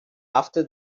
after